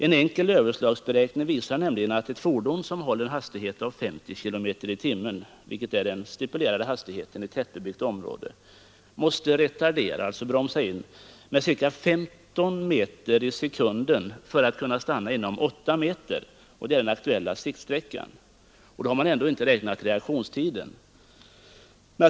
En enkel överslagsberäkning visar nämligen att en förare som håller en hastighet av 50 kilometer i timmen, vilket är den stipulerade maximihastigheten i tätbebyggt område, måste retardera och bromsa in sitt fordon med ca 15 meter i sekunden för att kunna stanna inom 8 meter — det är den aktuella siktsträckan — och då är ändå inte reaktionstiden medräknad.